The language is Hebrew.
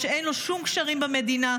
שאין לו שום קשרים במדינה,